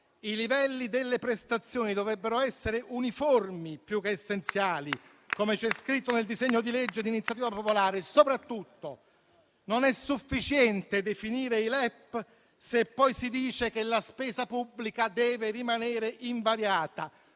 i livelli delle prestazioni dovrebbero essere uniformi più che essenziali, come c'è scritto nel disegno di legge di iniziativa popolare. Soprattutto, non è sufficiente definire i LEP, se poi si dice che la spesa pubblica deve rimanere invariata.